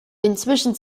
inzwischen